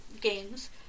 games